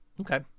Okay